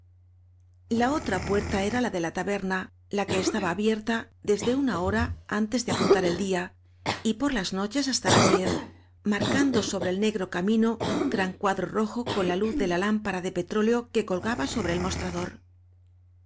la otra puerta era la de la taberna la que áñ estaba abierta desde una hora antes de apun tar el día y por las noches hasta las diez marcando sobre el negro camino un oran cuao clro rojo con la luz de la lámpara de petróleo que colgaba sobre el mostrador